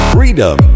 Freedom